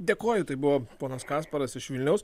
dėkoju tai buvo ponas kasparas iš vilniaus